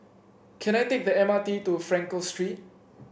can I take the M R T to Frankel Street